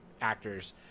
actors